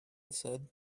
said